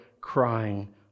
crying